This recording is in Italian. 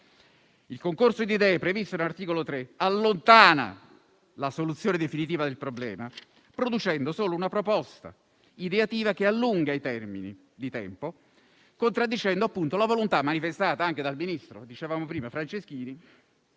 ecologica, non Gregorio De Falco - allontani la soluzione definitiva del problema, producendo solo una proposta ideativa che allungherebbe i tempi, contraddicendo, appunto, la volontà manifestata anche dal ministro Franceschini